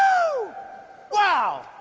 oh wow!